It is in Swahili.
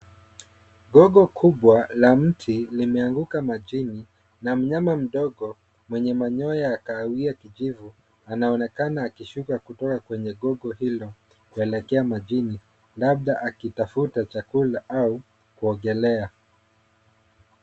Gogo kubwa la mti limeanguka majini na mnyama mdogo mwenye manyoya ya kahawia kijivu anaonekana akishuka kutoka kwenye gogo hilo kuelekea majini labda akitafuta chakula au kuogelea.